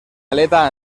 aleta